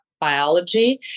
biology